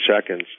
seconds